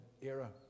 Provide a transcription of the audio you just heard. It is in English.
era